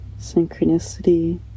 synchronicity